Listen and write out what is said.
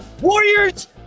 Warriors